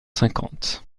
cinquante